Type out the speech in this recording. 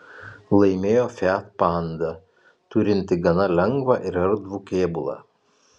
laimėjo fiat panda turinti gana lengvą ir erdvų kėbulą